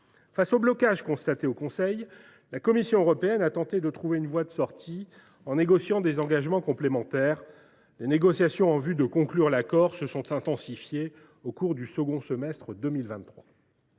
Face au blocage constaté au Conseil, la Commission européenne a tenté de trouver une voie de sortie en négociant des engagements complémentaires. Les négociations en vue de conclure l’accord se sont intensifiées au cours du second semestre de 2023.